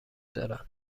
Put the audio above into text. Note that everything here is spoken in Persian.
دارند